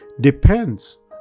depends